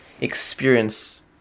experience